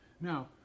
Now